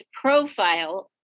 profile